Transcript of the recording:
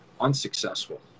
unsuccessful